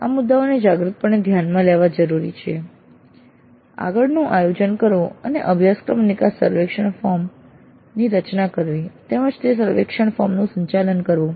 આ મુદ્દાઓને જાગૃતપણે ધ્યાનમાં લેવા જરૂરી છે આગળનું આયોજન કરવું અને અભ્યાસક્રમ નિકાસ સર્વેક્ષણ ફોર્મ ની રચના કરવી તેમજ તે સર્વેક્ષણ ફોર્મ નું સંચાલન કરવું